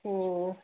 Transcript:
ꯑꯣ